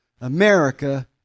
America